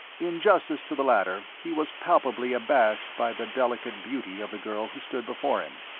in justice to the latter he was palpably abashed by the delicate beauty of the girl who stood before him,